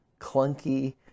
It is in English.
clunky